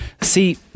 See